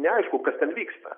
neaišku kas ten vyksta